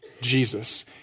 Jesus